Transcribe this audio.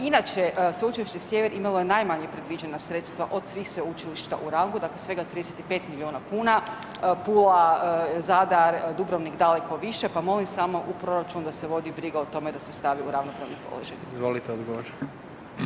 Inače Sveučilište Sjever imalo je najmanje predviđena sredstva od svih sveučilišta u rangu dakle svega 35 miliona kuna, Pula, Zadar, Dubrovnik daleko više, pa molim samo u proračun da se vodi briga o tome da se stavi u ravnopravni položaj.